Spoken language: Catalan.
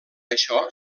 això